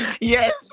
Yes